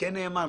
כן נאמר,